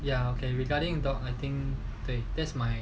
ya anyway regarding the dog I think that's mine